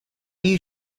you